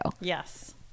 yes